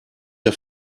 der